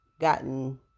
gotten